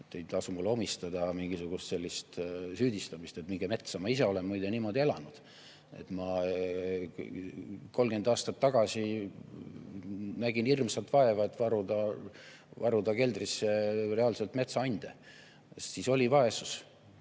Ei tasu mulle omistada mingisugust sellist süüdistamist, et minge metsa. Ma ise olen muide niimoodi elanud. Ma 30 aastat tagasi nägin hirmsat vaeva, et varuda keldrisse reaalselt metsaande, sest siis oli vaesus.